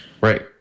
Right